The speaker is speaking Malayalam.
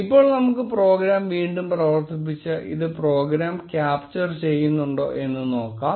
ഇപ്പോൾ നമുക്ക് പ്രോഗ്രാം വീണ്ടും പ്രവർത്തിപ്പിച്ച് ഇത് പ്രോഗ്രാം ക്യാപ്ചർ ചെയ്യുന്നുണ്ടോ എന്ന് നോക്കാം